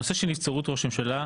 הנושא של נבצרות ראש ממשלה,